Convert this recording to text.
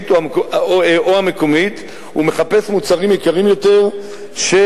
או המקומית ומחפש מוצרים יקרים יותר שבהשגחת,